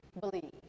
believe